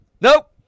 Nope